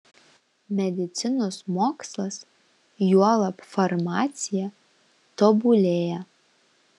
medicinos mokslas juolab farmacija tobulėja